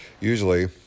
usually